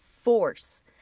force